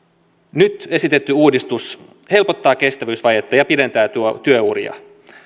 nyt esitetty uudistus helpottaa kestävyysvajetta ja pidentää työuria